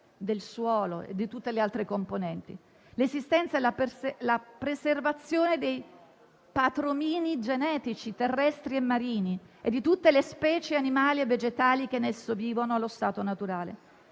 del suolo e di tutte le altre componenti, l'esistenza e la preservazione dei patrimoni genetici, terrestri e marini, e di tutte le specie animali e vegetali che in esso vivono allo stato naturale.